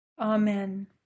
Amen